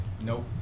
Nope